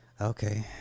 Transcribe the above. Okay